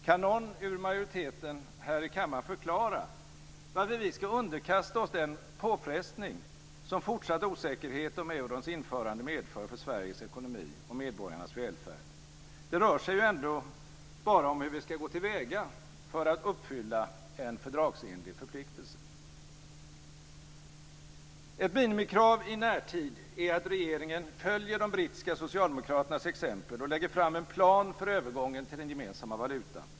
Kan någon ur majoriteten här i kammaren förklara varför vi ska underkasta oss den påfrestning som fortsatt osäkerhet om eurons införande medför för Sveriges ekonomi och medborgarnas välfärd? Det rör sig ju ändå bara om hur vi ska gå till väga för att uppfylla en fördragsenlig förpliktelse. Ett minimikrav i närtid är att regeringen följer de brittiska socialdemokraternas exempel och lägger fram en plan för övergången till den gemensamma valutan.